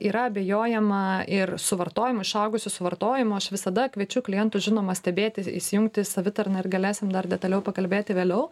yra abejojama ir suvartojimu išaugusiu suvartojimu aš visada kviečiu klientus žinoma stebėti įsijungti savitarną ir galėsim dar detaliau pakalbėti vėliau